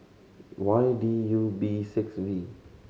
Y D U B six V